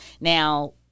Now